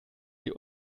sie